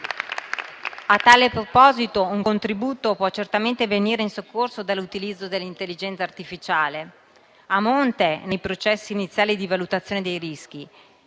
A tale proposito, un contributo può certamente venire in soccorso dall'utilizzo dell'intelligenza artificiale: a monte, nei processi iniziali di valutazione dei rischi